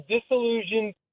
disillusioned